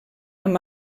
amb